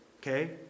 okay